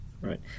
Right